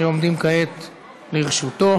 שעומדות כעת לרשותו.